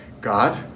God